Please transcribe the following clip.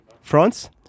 France